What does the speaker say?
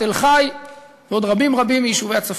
בתל-חי ובעוד רבים רבים מיישובי הצפון.